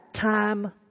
time